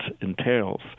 entails